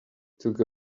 took